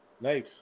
Nice